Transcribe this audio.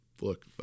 Look